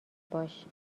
باش